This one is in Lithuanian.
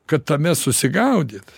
kad tame susigaudyt